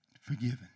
forgiven